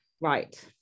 Right